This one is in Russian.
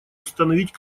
установить